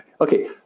okay